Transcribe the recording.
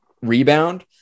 rebound